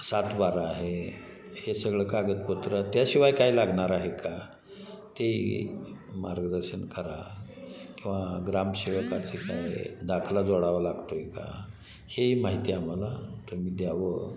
सातबारा आहे हे सगळं कागदपत्रं त्याशिवाय काय लागणार आहे का तेही मार्गदर्शन करा किंवा ग्रामसेवकाची काय दाखला जोडावा लागतो आहे का हे माहिती आम्हाला तुम्ही द्यावं